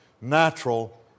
natural